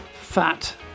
Fat